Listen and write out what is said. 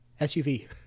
SUV